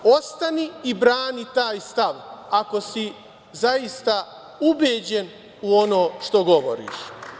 Ostani i brani taj stav, ako si zaista ubeđen u ono što govoriš.